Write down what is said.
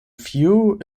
few